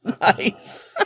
Nice